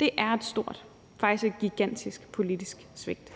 Det er et stort – faktisk gigantisk – politisk svigt.